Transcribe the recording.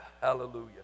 Hallelujah